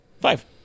Five